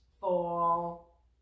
fall